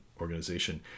organization